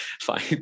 fine